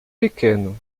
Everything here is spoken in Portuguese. pequeno